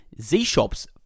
Z-Shops